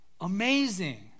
amazing